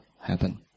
happen